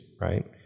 right